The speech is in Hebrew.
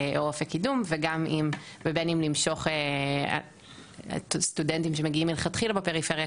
או אופק קידום ובין אם למשוך סטודנטים שמגיעים מלכתחילה בפריפריה,